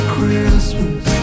Christmas